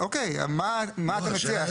אוקיי, אבל מה אתה מציע?